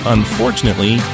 Unfortunately